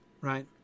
Right